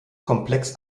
komplex